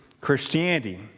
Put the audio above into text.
Christianity